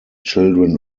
children